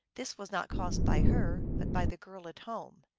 this was not caused by her, but by the girl at home.